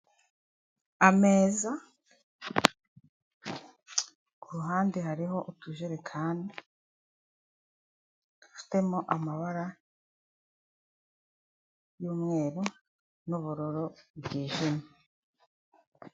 Ameza, ku ruhande hariho utujerekani dufitemo amabara y'umweru n'ubururu bwijimye.